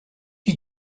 you